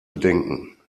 bedenken